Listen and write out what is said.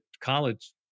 college